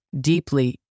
deeply